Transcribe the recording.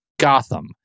gotham